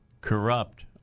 corrupt